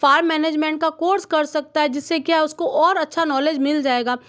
फार management का course कर सकता है जिससे क्या उसको और अच्छा नॉलेज मिल जाएगा